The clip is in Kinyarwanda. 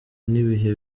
n’ibihe